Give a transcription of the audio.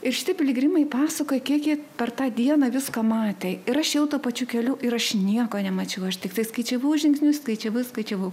ir šitie piligrimai pasakoja kiek per tą dieną viską matė ir aš ėjau tuo pačiu keliu ir aš nieko nemačiau aš tiktai skaičiavau žingsnius skaičiavau skaičiavau